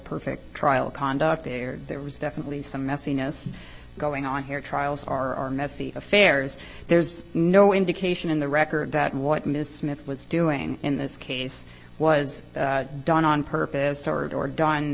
perfect trial conduct there there was definitely some messiness going on here trials are messy affairs there's no indication in the record that what ms smith was doing in this case was done on purpose or or done